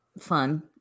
fun